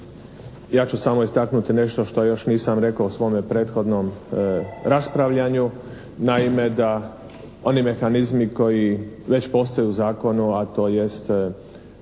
ja ću samo istaknuti nešto što još nisam rekao u svome prethodnom raspravljanju. Naime da oni mehanizmi koji već postoje u zakonu, a to jest